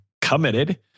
committed